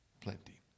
plenty